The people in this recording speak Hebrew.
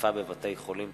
על מכשיר פולט קרינה,